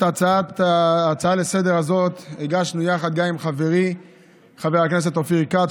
את ההצעה לסדר-היום הזו הגשנו יחד גם עם חברי חבר הכנסת אופיר כץ,